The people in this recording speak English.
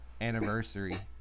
anniversary